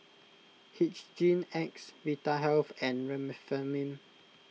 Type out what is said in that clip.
Hygin X Vitahealth and Remifemin